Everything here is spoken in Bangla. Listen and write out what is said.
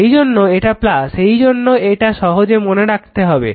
সেইজন্য এটা এইভাবে এটা সহজে মনে রাখা যাবে